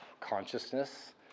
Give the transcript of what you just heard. consciousness